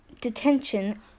detention